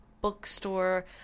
bookstore